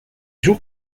jours